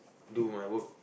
do my work